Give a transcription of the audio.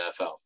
nfl